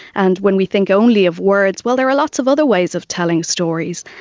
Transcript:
and when we think only of words, well, there are lots of other ways of telling stories.